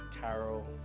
Carol